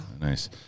Nice